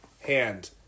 hand